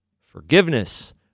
forgiveness